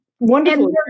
Wonderful